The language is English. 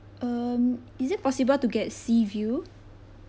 um is it possible to get sea view